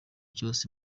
cyose